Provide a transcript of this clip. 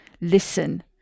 listen